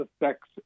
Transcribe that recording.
affects